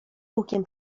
hukiem